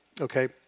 Okay